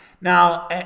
now